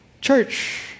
church